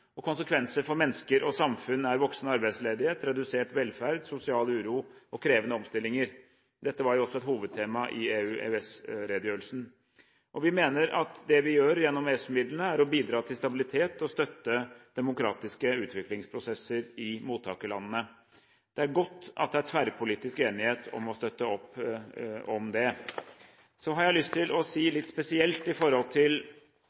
Konsekvenser for mennesker og samfunn er voksende arbeidsledighet, redusert velferd, sosial uro og krevende omstillinger. Dette var også et hovedtema i EU/EØS-redegjørelsen. Vi mener at det vi gjør gjennom EØS-midlene, er å bidra til stabilitet og å støtte demokratiske utviklingsprosesser i mottakerlandene. Det er godt at det er tverrpolitisk enighet om å støtte opp om det. Så har jeg lyst til å si litt til